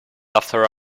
after